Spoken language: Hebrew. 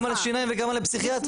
כמה לשיניים וכמה לפסיכיאטריה.